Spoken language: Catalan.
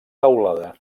teulada